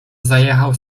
zajechał